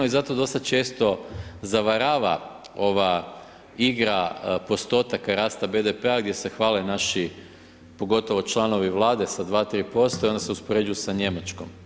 I zato dosta često zavarava ova igra postotaka rasta BDP-a gdje se hvale naši pogotovo članovi Vlade sa 2, 3% i onda se uspoređuju sa Njemačkom.